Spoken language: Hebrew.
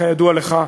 כידוע לך,